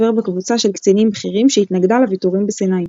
בקבוצה של קצינים בכירים שהתנגדה לוויתורים בסיני.